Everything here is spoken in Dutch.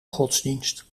godsdienst